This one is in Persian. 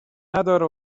نداره